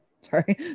sorry